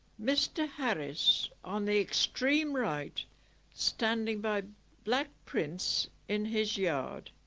mr harris on the extreme right standing by black prince in his yard